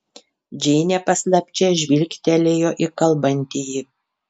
džeinė paslapčia žvilgtelėjo į kalbantįjį